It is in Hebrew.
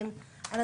ראשית,